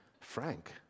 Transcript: Frank